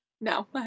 No